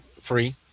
free